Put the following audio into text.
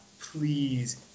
please